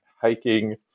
hiking